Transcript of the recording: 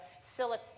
Silicon